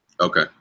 Okay